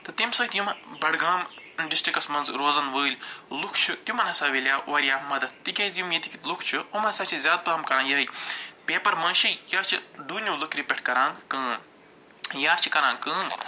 تہٕ تَمہِ سۭتۍ یِمہٕ بَڈٕگام ڈِسٹِرٛکَس منٛز روزَن وٲلۍ لُکھ چھِ تِمَن ہسا مِلیو واریاہ مدتھ تِکیٛازِ یِم ییٚتِکۍ لُکھ چھِ یِم ہسا چھِ زیادٕ پہم کران یِہَے پیپَر مٲشی یا چھِ ڈوٗنیوٗ لٔکرِ پٮ۪ٹھ کران کٲم یا چھِ کران کٲم